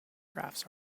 graphs